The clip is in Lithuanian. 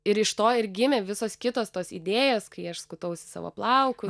ir iš to ir gimė visos kitos tos idėjos kai aš skutausi savo plaukus